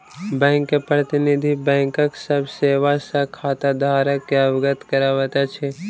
bank के प्रतिनिधि, बैंकक सभ सेवा सॅ खाताधारक के अवगत करबैत अछि